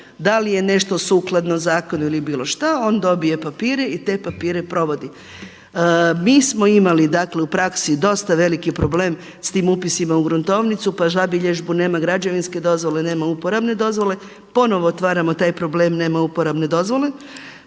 da li je nešto sukladno zakonu ili bilo šta, on dobije papire i te papire provodi. Mi smo imali dakle u praksi dosta veliki problem s tim upisima u gruntovnicu pa zabilježbu nema građevinske dozvole, nema uporabne dozvole. Ponovo otvaramo taj problem nema uporabne dozvole.